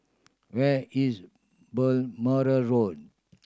where is Balmoral Road